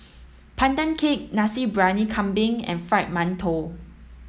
pandan cake Nasi Briyani Kambing and fried Mantou